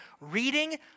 reading